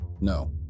No